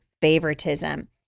favoritism